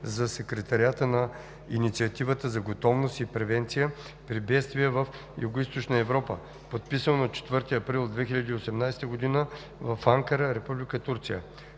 за Секретариата на Инициативата за готовност и превенция при бедствия в Югоизточна Европа, подписано на 4 април 2019 г. в Анкара, Република